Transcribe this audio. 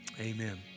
Amen